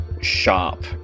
sharp